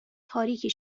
تاریکی